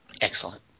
Excellent